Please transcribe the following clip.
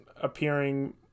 appearing